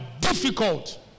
difficult